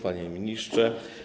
Panie Ministrze!